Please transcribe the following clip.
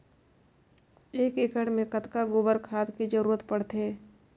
एक एकड़ मे कतका गोबर खाद के जरूरत पड़थे?